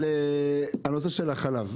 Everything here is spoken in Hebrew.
אבל הנושא של החלב,